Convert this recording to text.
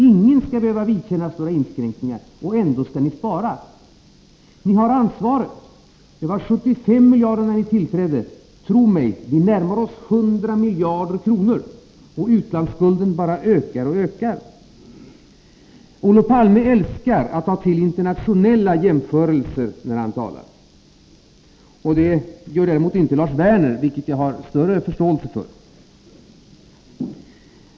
Ingen skall behöva vidkännas några inskränkningar, och ändå skall ni spara. Ni har ansvaret för budgetunderskottet. Det var 75 miljarder när ni tillträdde. Tro mig, vi närmar oss 100 miljarder kronor, och utlandsskulden bara ökar och ökar. Olof Palme älskar att ta till internationella jämförelser när han talar. Det gör däremot inte Lars Werner, vilket jag har större förståelse för.